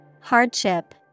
Hardship